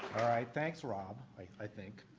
all right. thanks rob, i think.